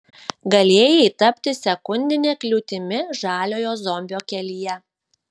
galėjai tapti sekundine kliūtimi žaliojo zombio kelyje